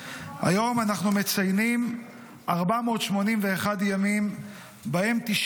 היום אנחנו מציינים 481 ימים שבהם 90